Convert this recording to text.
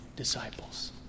disciples